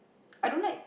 I don't like